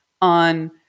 on